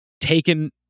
taken